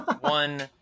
one